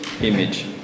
image